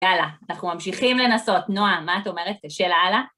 יאללה, אנחנו ממשיכים לנסות. נועה, מה את אומרת? קשה לאללה?